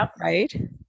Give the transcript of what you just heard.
right